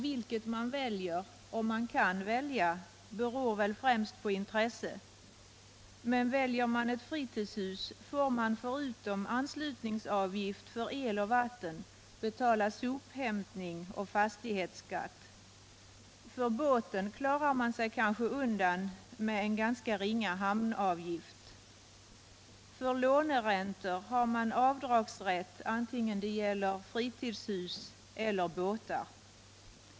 Vilket man väljer, om man kan välja, beror väl främst på intresse. Väljer man ett fritidshus, får man förutom anslutningsavgift för el och vatten betala sophämtning och fastighetsskatt. När det gäller båten klarar man sig kanske undan med en ganska ringa hamnavgift. För låneräntor har man avdragsrätt vare sig det gäller fritidshus eller båtar.